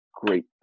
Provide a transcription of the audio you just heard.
great